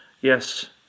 Yes